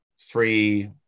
three